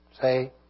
Say